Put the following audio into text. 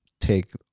take